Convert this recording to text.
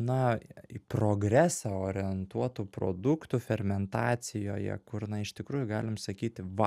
na į progresą orientuotų produktų fermentacijoje kur na iš tikrųjų galim sakyti va